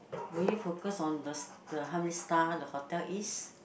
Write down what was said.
will you focus on the st~ the how many star the hotel is